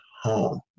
home